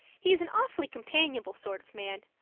he is an awfully companionable sort of man,